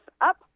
up